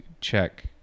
check